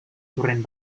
torrent